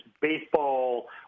baseball